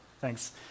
Thanks